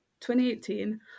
2018